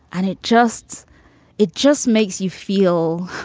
and it just it just makes you feel